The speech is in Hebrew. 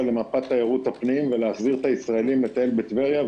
למפת תיירות הפנים ולהחזיר את הישראלים לטייל בה.